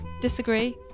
Disagree